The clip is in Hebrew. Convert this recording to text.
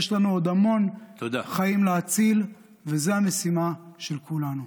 יש לנו עוד המון חיים להציל, וזו המשימה של כולנו.